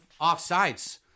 offsides